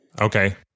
Okay